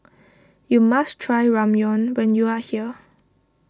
you must try Ramyeon when you are here